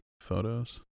photos